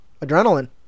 adrenaline